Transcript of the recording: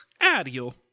Ariel